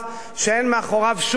שאין מאחוריו שום מטרה,